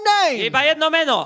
name